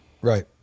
Right